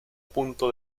punto